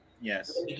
Yes